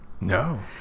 No